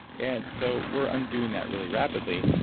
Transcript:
and so we're undoing that really rapidly.